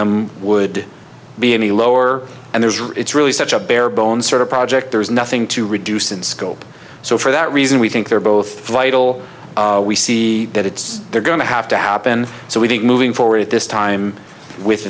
them would be any lower and there's it's really such a bare bones sort of project there's nothing to reduce in scope so for that reason we think they're both vital we see that it's they're going to have to happen so we think moving forward at this time with